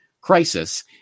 crisis